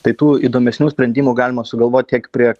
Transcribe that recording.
tai tų įdomesnių sprendimų galima sugalvot tiek prie